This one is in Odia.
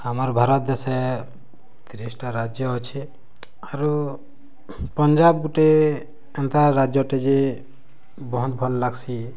ଆମର୍ ଭାରତ୍ ଦେଶେ ତିରିଶ୍ଟା ରାଜ୍ୟ ଅଛେ ଆରୁ ପଞ୍ଜାବ୍ ଗୁଟେ ଏନ୍ତା ରାଜ୍ୟଟେ ଯେ ବହୁତ୍ ଭଲ୍ ଲାଗ୍ସି